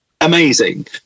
Amazing